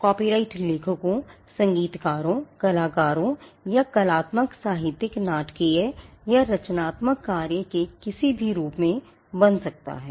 copyright लेखकों संगीतकारों कलाकारों या कलात्मक साहित्यिक नाटकीय या रचनात्मक कार्य के किसी भी रूप में बन सकता है